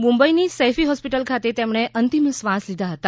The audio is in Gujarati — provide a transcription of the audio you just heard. મુંબઈની સૈફી હોસ્પિટલ ખાતે તેમણે અંતિમ શ્વાસ લીધા હતા